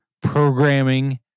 programming